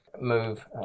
move